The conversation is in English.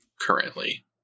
currently